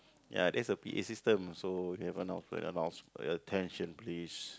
ya that's the P_A system so you have announcement announce attention please